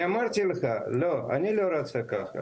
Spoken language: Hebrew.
אני אמרתי לך, לא, אני לא רוצה ככה.